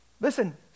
listen